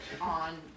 on